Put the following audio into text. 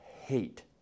hate